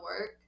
work